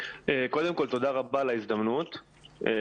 תודה רבה על ההזדמנות לדבר.